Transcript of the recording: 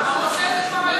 הוא עושה את זה כבר היום.